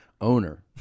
owner